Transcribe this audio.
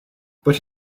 but